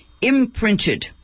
imprinted